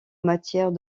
matière